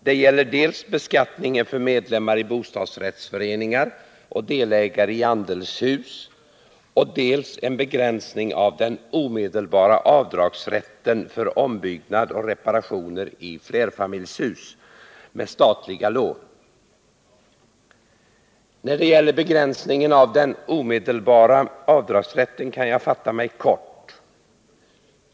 Det gäller dels beskattningen för medlemmar i bostadsrättsföreningar och delägare i andelshus, dels en begränsning av den omedelbara avdragsrätten för ombyggnad och reparationer i flerfamiljshus med statliga lån. När det gäller begränsningen av den omedelbara avdragsrätten kan jag fatta mig kort.